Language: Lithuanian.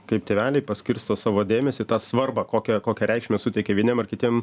kaip tėveliai paskirsto savo dėmesį tą svarbą kokią kokią reikšmę suteikia vieniem ar kitiem